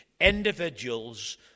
individuals